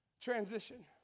transition